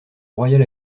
royal